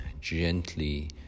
gently